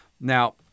Now